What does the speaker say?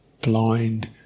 blind